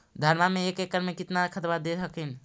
धनमा मे एक एकड़ मे कितना खदबा दे हखिन?